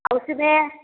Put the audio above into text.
उसमें